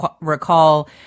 recall